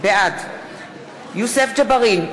בעד יוסף ג'בארין,